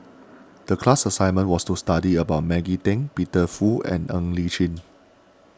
the class assignment was to study about Maggie Teng Peter Fu and Ng Li Chin